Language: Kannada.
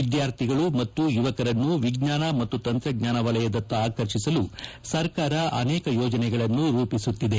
ವಿದ್ಯಾರ್ಥಿಗಳು ಮತ್ತು ಯುವಕರನ್ನು ವಿಜ್ಞಾನ ಮತ್ತು ತಂತ್ರಜ್ಞಾನ ವಲಯದತ್ತ ಆಕರ್ಷಿಸಲು ಸರ್ಕಾರ ಅನೇಕ ಯೋಜನೆಗಳನ್ನು ರೂಪಿಸುತ್ತಿದೆ